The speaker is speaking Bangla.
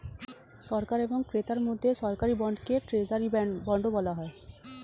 সরকার এবং ক্রেতার মধ্যে সরকারি বন্ডকে ট্রেজারি বন্ডও বলা হয়